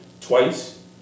twice